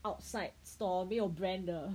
outside store 没有 brand 的